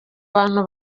bantu